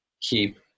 keep